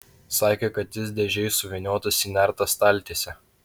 sakė kad jis dėžėj suvyniotas į nertą staltiesę